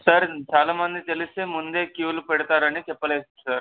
sir చాలామంది తెలిసి ముందే క్యూలు పెడతారని చెప్పలేదు సార్